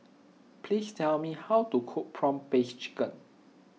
please tell me how to cook Prawn Paste Chicken